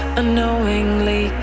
unknowingly